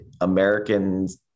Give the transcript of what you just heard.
Americans